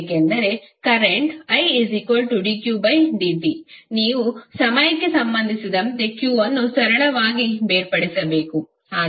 ಏಕೆಂದರೆ ಪ್ರಸ್ತುತ idqdt ನೀವು ಸಮಯಕ್ಕೆ ಸಂಬಂಧಿಸಿದಂತೆ q ಅನ್ನು ಸರಳವಾಗಿ ಬೇರ್ಪಡಿಸಬೇಕು